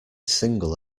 single